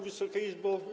Wysoka Izbo!